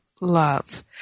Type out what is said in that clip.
Love